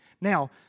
Now